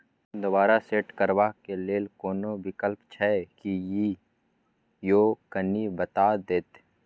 Pin दोबारा set करबा के लेल कोनो विकल्प छै की यो कनी बता देत?